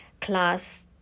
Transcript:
class